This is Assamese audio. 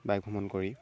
বাইক ভ্ৰমণ কৰি